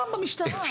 כמו במשטרה.